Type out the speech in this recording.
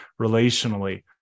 relationally